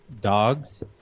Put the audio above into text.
dogs